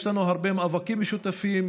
יש לנו הרבה מאבקים משותפים,